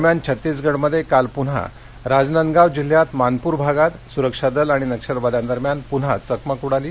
दरम्यान छत्तीसगडमध्ये काल पुन्हा राजनांदगांव जिल्ह्यात मानपूर भागात सुरक्षा दल आणि नक्षलवाद्यांदरम्यान पून्हा चकमक उडाली